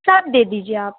سب دے دیجیے آپ